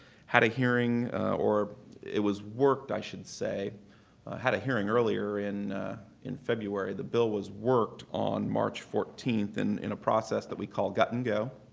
had a hearing or it was worked, i should say had a hearing earlier in in february. the bill was worked on march fourteenth and in a process that we call gut-and-go.